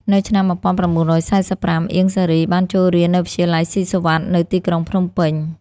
នៅឆ្នាំ១៩៤៥ អៀង សារី បានចូលរៀននៅវិទ្យាល័យស៊ីសុវត្ថិ នៅទីក្រុងភ្នំពេញ។